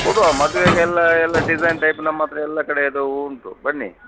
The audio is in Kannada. ಕೊಡುವ ಮದುವೆಗೆ ಎಲ್ಲ ಡಿಸೈನ್ ಟೈಪ್ ನಮ್ಮ ಹತ್ರ ಎಲ್ಲ ಕಡೆದ್ದು ಹೂ ಉಂಟು ಬನ್ನಿ